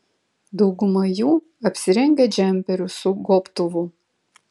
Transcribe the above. dauguma jų apsirengę džemperiu su gobtuvu